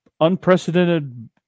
unprecedented